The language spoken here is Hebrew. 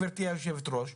גברתי יושבת הראש.